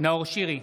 נאור שירי,